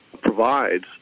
provides